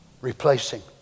Replacing